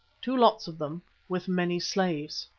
two lots of them with many slaves.